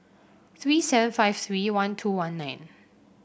three seven five three one two one nine